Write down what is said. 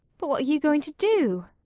but what are you going to do?